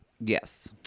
Yes